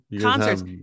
Concerts